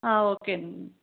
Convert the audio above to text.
okay అండి